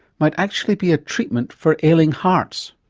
might actually be a treatment for ailing hearts.